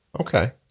okay